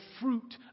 fruit